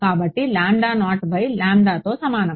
కాబట్టి lambda naught by n లాంబ్డాతో సమానం